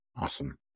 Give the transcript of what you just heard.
awesome